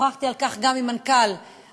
שוחחתי על כך גם עם מנכ"ל הטוטו.